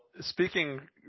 speaking